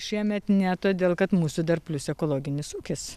šiemet ne todėl kad mūsų dar plius ekologinis ūkis